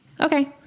okay